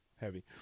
heavy